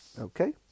Okay